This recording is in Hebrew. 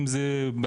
אם זה במשרד,